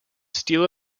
steel